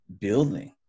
building